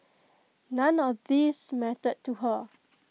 none of these mattered to her